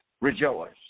rejoice